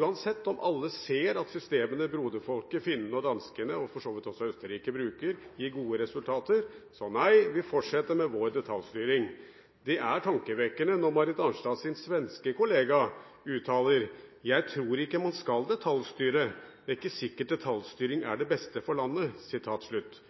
Uansett om alle ser at systemene broderfolkene – finnene og danskene, og for så vidt også østerrikerne – bruker, gir gode resultater, fortsetter vi med vår detaljstyring. Det er tankevekkende når Marit Arnstads svenske kollega uttaler at hun ikke tror at man skal detaljstyre, for det er ikke sikkert at det er det beste for landet.